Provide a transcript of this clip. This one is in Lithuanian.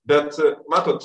bet matot